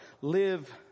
Live